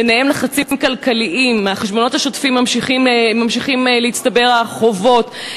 וביניהם לחצים כלכליים: מהחשבונות השוטפים ממשיכים להצטבר החובות,